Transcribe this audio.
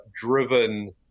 driven